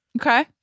Okay